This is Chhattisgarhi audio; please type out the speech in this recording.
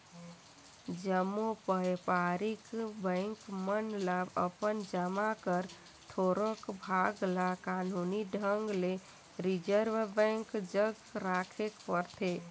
जम्मो बयपारिक बेंक मन ल अपन जमा कर थोरोक भाग ल कानूनी ढंग ले रिजर्व बेंक जग राखेक परथे